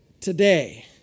Today